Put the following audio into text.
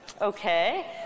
Okay